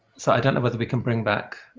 so i don't know whether we can bring back